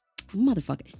Motherfucker